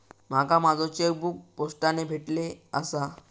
माका माझो चेकबुक पोस्टाने भेटले आसा